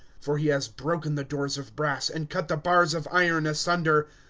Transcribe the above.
for he has broken the doors of brass, and cut the bars of iron asunder.